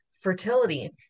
fertility